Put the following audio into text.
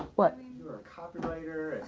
but you're a copywriter.